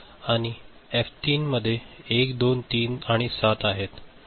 आणि एफ 3 मध्ये 1 2 3 आणि 7 आहे